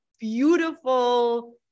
beautiful